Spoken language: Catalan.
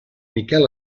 miquel